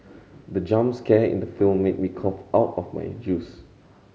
the jump scare in the film made me cough out my juice